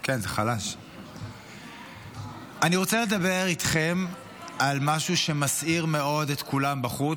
אני רוצה לדבר איתכם על משהו שמסעיר מאוד את כולם בחוץ,